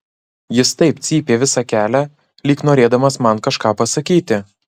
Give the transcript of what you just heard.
jis taip cypė visą kelią lyg norėdamas man kažką pasakyti